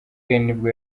nibwo